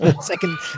second